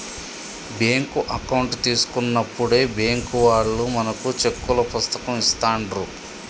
bank account తీసుకున్నప్పుడే bank వాళ్ళు మనకు చెక్కుల పుస్తకం ఇస్తాండ్రు